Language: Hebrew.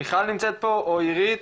מיכל נמצאת פה או אירית?